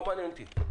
זה לא מעניין אותי.